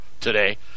today